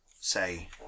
say